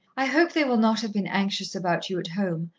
i hope they will not have been anxious about you at home.